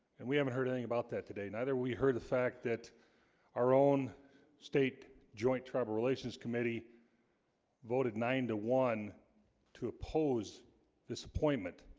and we haven't heard anything about that today neither we heard the fact that our own state joint tribal relations committee voted nine to one to oppose disappointment